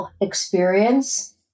experience